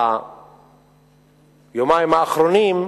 ביומיים האחרונים,